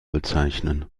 bezeichnen